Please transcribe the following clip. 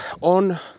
on